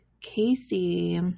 Casey